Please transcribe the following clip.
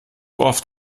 oft